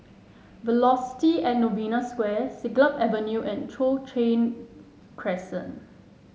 Velocity At Novena Square Siglap Avenue and Cochrane Crescent